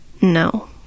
No